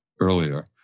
earlier